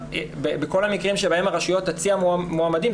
בכל המקרים שבהם הרשויות תציע מועמדים,